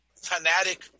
Fanatic